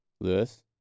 Lewis